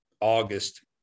August